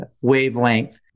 wavelength